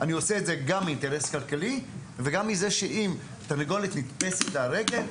אני עושה את זה גם מאינטרס כלכלי וגם מזה שאם תרנגולת נתפסת לה הרגל,